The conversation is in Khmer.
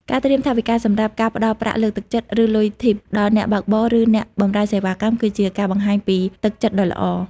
ការត្រៀមថវិកាសម្រាប់ការផ្តល់ប្រាក់លើកទឹកចិត្ត ឬ លុយ Tip ដល់អ្នកបើកបរ ឬអ្នកបម្រើសេវាកម្ម គឺជាការបង្ហាញពីទឹកចិត្តដ៏ល្អ។